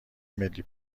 ملی